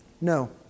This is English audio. No